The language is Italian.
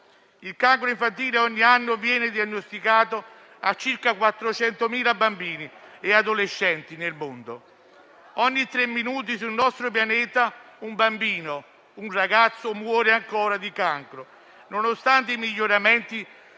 Il cancro infantile ogni anno viene diagnosticato a circa 400 bambini e adolescenti nel mondo; ogni tre minuti sul nostro pianeta un ragazzo muore ancora di cancro, nonostante i miglioramenti